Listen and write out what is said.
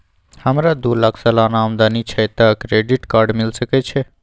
हमरा दू लाख सालाना आमदनी छै त क्रेडिट कार्ड मिल सके छै?